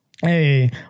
hey